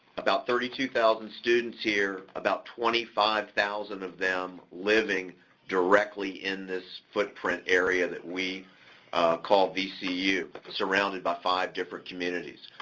about thirty two thousand students here, about twenty five thousand of them living directly in this footprint area that we call vcu. but surrounded by five different communities.